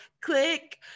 click